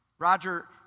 Roger